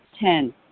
Ten